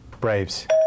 Braves